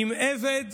"אם עבד,